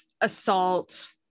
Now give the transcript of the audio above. assault